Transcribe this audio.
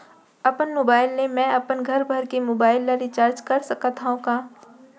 अपन मोबाइल ले मैं अपन घरभर के मोबाइल ला रिचार्ज कर सकत हव का?